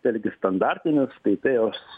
vėlgi standartinis taipėjaus